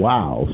Wow